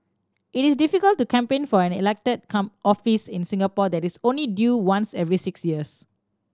it is difficult to campaign for an elected come office in Singapore that is only due once every six years